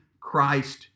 Christ